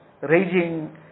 raging